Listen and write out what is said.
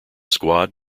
squad